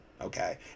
Okay